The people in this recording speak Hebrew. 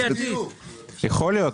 כן,